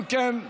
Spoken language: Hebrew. אם כן,